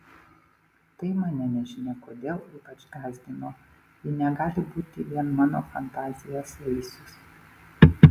tai mane nežinia kodėl ypač gąsdino ji negali būti vien mano fantazijos vaisius